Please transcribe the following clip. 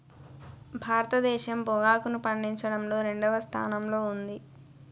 భారతదేశం పొగాకును పండించడంలో రెండవ స్థానంలో ఉంది